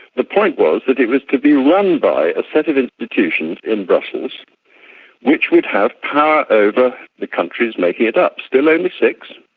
the point was that it was to be run by a set of institutions in brussels which would have power over the countries making it up, still only six.